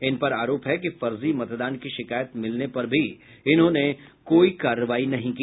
इन पर आरोप है कि फर्जी मतदान की शिकायत मिलने पर भी इन्होंने कोई कार्रवाई नहीं की